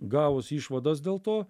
gavus išvadas dėl to